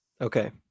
Okay